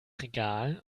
regal